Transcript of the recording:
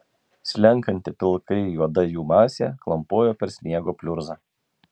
slenkanti pilkai juoda jų masė klampojo per sniego pliurzą